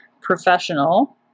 professional